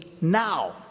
now